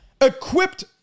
equipped